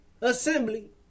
assembly